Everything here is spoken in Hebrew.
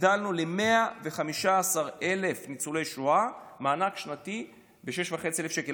הגדלנו ל-115,000 ניצולי השואה מענק שנתי ב-6,500 שקל.